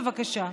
בבקשה.